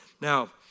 Now